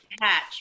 Patch